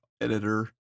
editor